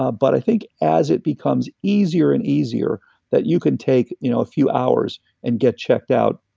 ah but i think as it becomes easier and easier that you can take you know a few hours and get checked out,